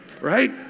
Right